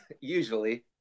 usually